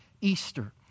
Easter